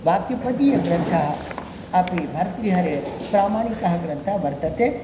वाक्यपदीयग्रन्थः अपि भर्तृहरेः प्रामाणिकः ग्रन्थः वर्तते